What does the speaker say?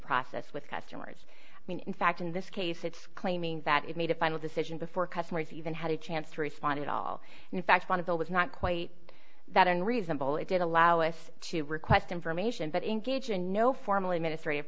process with customers in fact in this case it's claiming that it made a final decision before customers even had a chance to respond at all in fact one of the was not quite that unreasonable it did allow us to request information but engage in no formally ministry of